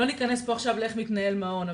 לא ניכנס עכשיו לאיך מתנהל מעון.